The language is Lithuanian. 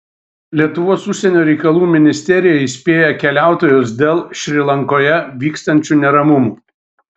lietuvos užsienio reikalų ministerija įspėja keliautojus dėl šri lankoje vykstančių neramumų